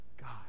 God